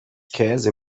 käse